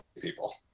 people